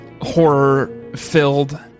horror-filled